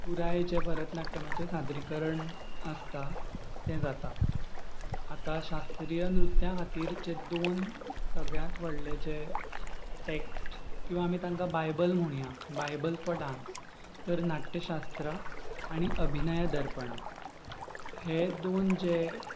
पुराय जें भरतनाट्यमाचें सादरीकरण आसता तें जाता आतां शास्त्रीय नृत्या खातीर जे दोन सगळ्यांत व्हडले जे टॅक्स्ट किंवां आमी तांकां बायबल म्हणुया बायबल फॉर डांस तर नाट्यशास्त्रां आनी अभिनय दर्पणा हे दोन जे